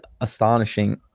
astonishing